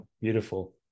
Beautiful